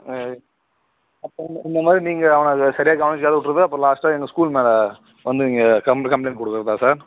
ஆ அப்போது இந்தமாதிரி நீங்கள் அவனை சரியா கவனிக்காம விட்டுறது அப்புறம் லாஸ்ட்டாக எங்கள் ஸ்கூல் மேலே வந்து நீங்கள் கம்பளைண்ட் கொடுக்கறதா சார்